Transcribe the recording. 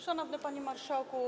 Szanowny Panie Marszałku!